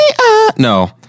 No